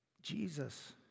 Jesus